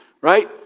right